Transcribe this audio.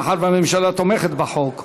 מאחר שהממשלה תומכת בחוק.